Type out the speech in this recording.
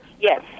Yes